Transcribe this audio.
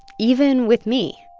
even with me